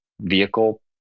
vehicle